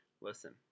Listen